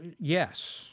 yes